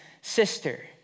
sister